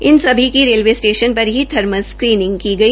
इन सभी की railway station पर ही थर्मल स्क्रीनिंग की गई